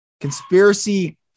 conspiracy